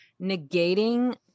negating